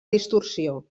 distorsió